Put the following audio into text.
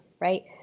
right